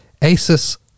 Asus